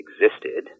existed